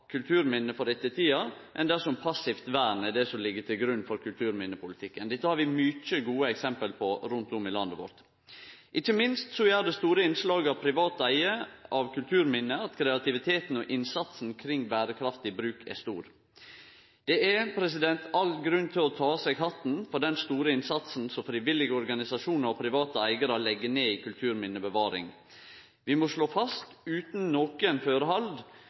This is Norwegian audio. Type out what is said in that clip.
kulturminne for ettertida enn dersom passivt vern ligg til grunn for kulturminnepolitikken. Dette har vi mange gode eksempel på rundt om i landet vårt. Ikkje minst gjer det store innslaget av privat eige av kulturminne at kreativiteten og innsatsen kring berekraftig bruk er stor. Det er all grunn til å ta av seg hatten for den store innsatsen som frivillige organisasjonar og private eigarar legg ned i kulturminnebevaring. Vi må slå fast utan nokon førehald